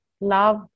love